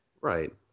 right